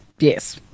Yes